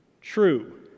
true